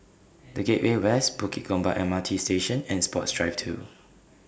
The Gateway West Bukit Gombak M R T Station and Sports Drive two